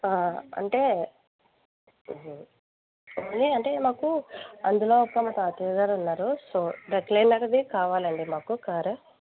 అంటే అది అంటే మాకు అందులో మా తాతయ్య గారు ఉన్నారు సొ రెక్లైనర్ అనేది కావాలండి మాకు కారు